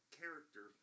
character